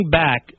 back